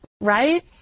right